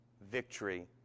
Victory